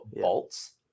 bolts